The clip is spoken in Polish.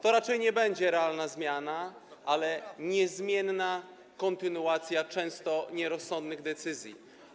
To raczej nie będzie realna zmiana, ale niezmienna kontynuacja często nierozsądnych decyzji.